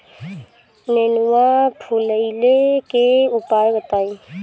नेनुआ फुलईले के उपाय बताईं?